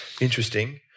interesting